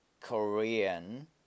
Korean